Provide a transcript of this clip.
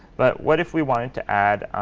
but what if we wanted to add